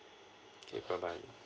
okay bye bye